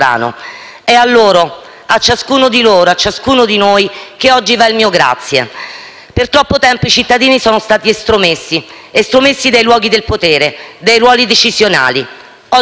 È a loro, a ciascuno di loro, a ciascuno di noi che oggi va il mio grazie. Per troppo tempo i cittadini sono stati estromessi dai luoghi del potere, dai ruoli decisionali. Oggi però